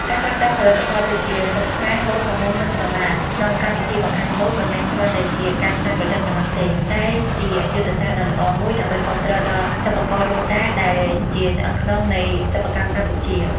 ការប្រើប្រាស់ផលិតផលដូចជា សូត្រខ្មែរ ហូល ផាមួង និងក្រមា ក្នុងកម្មវិធីបង្ហាញម៉ូដ មិនមែនគ្រាន់តែជាការច្នៃប្រឌិតប៉ុណ្ណោះទេ តែជាយុទ្ធសាស្ត្រដ៏ល្អមួយដើម្បីគាំទ្រដល់ សិប្បករដូនតា ដែលជាឆ្អឹងខ្នងនៃសិប្បកម្មកម្ពុជា។